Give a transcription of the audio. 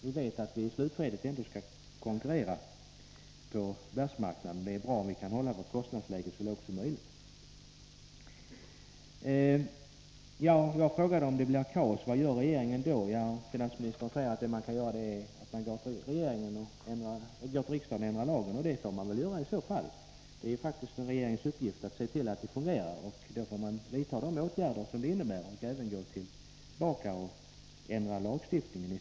Vi vet att vi i slutskedet skall konkurrera på världsmarknaden. Det är bra om vi kan hålla vårt kostnadsläge på en så låg nivå som möjligt. Jag frågade vad regeringen gör om det blir kaos. Finansministern sade att det regeringen kan göra är att gå till riksdagen och föreslå en ändring i lagen. Det får man väl göra i så fall. Det är faktiskt en regerings uppgift att se till att samhället fungerar. Då får man vidta de åtgärder som behövs — även gå tillbaka till riksdagen och ändra lagstiftningen.